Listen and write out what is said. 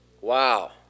Wow